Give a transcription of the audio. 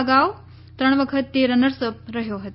અગાઉ ત્રણ વખત તે રનર્સ અપ રહ્યો હતો